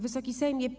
Wysoki Sejmie!